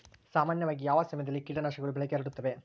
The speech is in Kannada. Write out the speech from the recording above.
ಸಾಮಾನ್ಯವಾಗಿ ಯಾವ ಸಮಯದಲ್ಲಿ ಕೇಟನಾಶಕಗಳು ಬೆಳೆಗೆ ಹರಡುತ್ತವೆ?